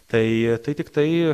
tai tai tiktai